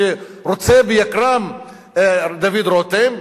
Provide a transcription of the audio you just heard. שרוצה ביקרם דוד רותם,